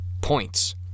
points